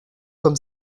comme